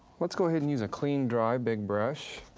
let's go ahead and use a clean dry big brush.